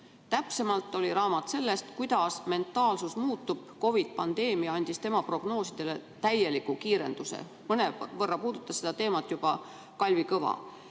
Täpsemalt oli raamat sellest, kuidas mentaalsus muutub. COVID‑i pandeemia aga andis tema prognoosidele täieliku kiirenduse. Täna mõnevõrra juba puudutas seda teemat Kalvi Kõva.